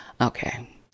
Okay